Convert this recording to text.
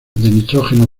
nitrógeno